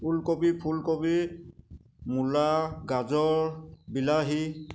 ওলকবি ফুলকবি মূলা গাজৰ বিলাহী